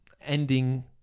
ending